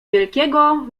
wielkiego